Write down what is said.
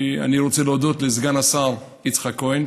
אני רוצה להודות לסגן השר יצחק כהן,